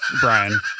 Brian